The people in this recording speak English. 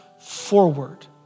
forward